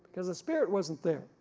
because the spirit wasn't there,